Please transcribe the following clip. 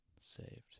saved